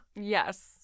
Yes